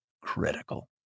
critical